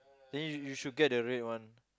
then you you you should get the red one